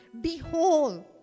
behold